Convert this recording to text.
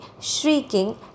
shrieking